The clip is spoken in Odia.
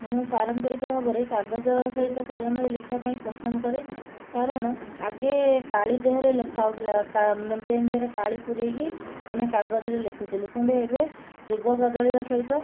ମୁଁ ପାରମ୍ପରିକ ଭାବରେ କାଗଜ ସହିତ କଲମରେ ଲେଖିବା ପାଇଁ ପସନ୍ଦ କରେ କାରଣ ଆଗେ କାଳି ଦେହରେ ଲେଖା ହେଉଥିଲା ପେନ୍ ଦେହରେ କାଳି ପୂରାଇକି ଆମେ କାଗଜରେ ଲେଖୁଥିଲୁ କିନ୍ତୁ ଏବେ ଯୁଗ ବଦଳିବା ସହିତ